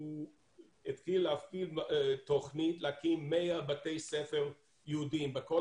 התחיל תוכנית להקים 100 בתי ספר יהודיים בכל